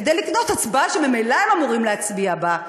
כדי לקנות הצבעה שממילא הם אמורים להצביע בה בעד.